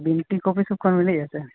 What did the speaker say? ᱟᱹᱵᱤᱱ tea coffee ᱥᱚᱯᱠᱷᱚᱱ ᱵᱤᱱ ᱞᱟᱹᱭ ᱮᱫᱟ ᱥᱮ